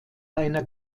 einer